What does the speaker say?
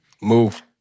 move